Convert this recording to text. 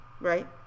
Right